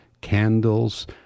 candles